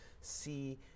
see